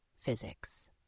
physics